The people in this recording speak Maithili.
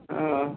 हँ